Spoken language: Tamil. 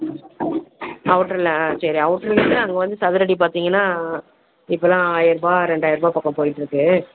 அவுட்ரில் சரி அவுட்ருலட்டு அங்கே வந்து சதுரடி பார்த்தீங்கன்னா இப்போல்லாம் ஆயிரூபா ரெண்டாயிர ரூபா பக்கம் போயிட்டுருக்கு